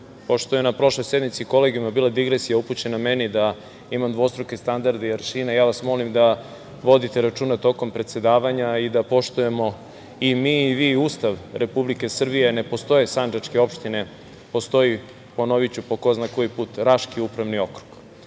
pošto je na prošloj sednici kolegijuma bila digresija upućena meni da imam dvostruke standarde i aršine, ja vas molim da vodite računa tokom predsedavanja i da poštujemo i mi i vi Ustav Republike Srbije. Ne postoje sandžačke opštine, postoji, ponoviću po ko zna koji put, Raški upravni okrug.